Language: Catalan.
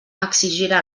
exigirà